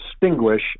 distinguish